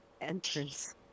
entrance